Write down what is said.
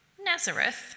Nazareth